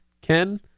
Ken